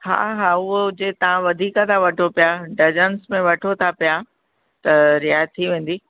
हा हा उहो जे तव्हां वधीक था वठो पिया डज़ंस में वठो था पिया त रियात थी वेंदी